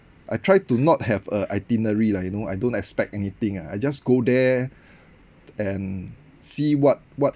I try to not have a itinerary lah you know I don't expect anything ah I just go there and see what what